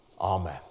Amen